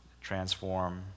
transform